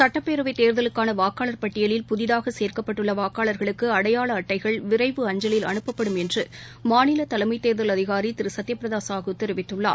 சட்டப்பேரவை தேர்தலுக்கான வாக்காளர் பட்டியலில் புதிதாக சேர்க்கப்பட்டுள்ள வாக்காளர்களுக்கு அடையாள அட்டைகள் விரைவு அஞ்சலில் அனுப்பப்படும் என்று மாநில தலைமை தேர்தல் அதினரி திரு சத்தியபிரதா சாஹூ தெரிவித்துள்ளார்